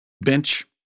bench